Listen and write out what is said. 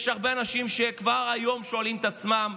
יש הרבה אנשים שכבר היום שואלים את עצמם: